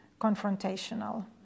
confrontational